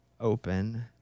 Open